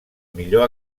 millor